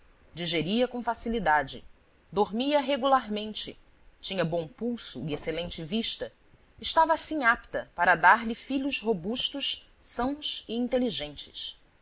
digeria com facilidade dormia regularmente tinha bom pulso e excelente vista estava assim apta para dar-lhe filhos robustos sãos e inteligentes